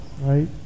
right